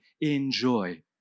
enjoy